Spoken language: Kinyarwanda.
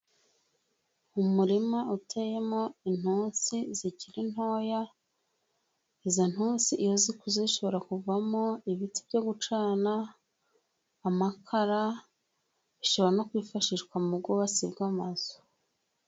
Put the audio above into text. Umurima uteyemo intusi zikiri ntoya. Izo ntusi iyo zikuze zishobora kuvamo ibiti byo gucana amakara bishobora no kwifashishwa mu bwubatsi bw'amazu.